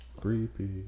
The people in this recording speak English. Creepy